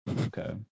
Okay